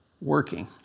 working